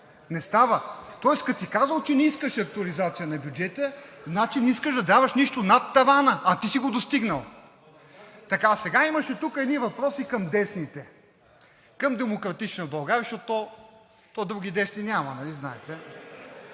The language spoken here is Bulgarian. не става. Тоест, като си казал, че не искаш актуализация на бюджета, значи не исках да даваш нищо над тавана, а ти си го достигнал. Сега имаше тук едни въпроси към десните – към „Демократична България“, защото, то други десни няма, нали знаете?!